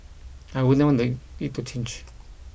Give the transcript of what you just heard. I wouldn't want it to change